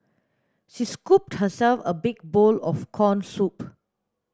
she scooped herself a big bowl of corn soup